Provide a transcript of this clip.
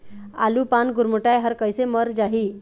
आलू पान गुरमुटाए हर कइसे मर जाही?